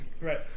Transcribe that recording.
Right